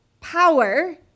power